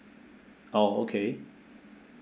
oh okay